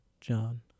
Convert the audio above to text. John